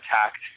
attacked